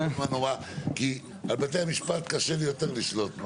כי על בתי המשפט קשה לי יותר לשלוט.